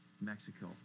Mexico